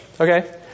Okay